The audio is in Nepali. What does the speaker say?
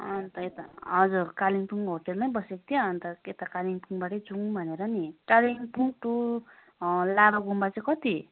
अन्त यता हजुर कालिम्पोङ होटलमै बसेको थियो अन्त यता कालिम्पोङबाटै जाऔँ भनेर नि कालिम्पोङ टु लाभा गुम्बा चाहिँ कति